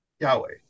Yahweh